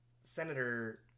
Senator